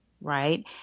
right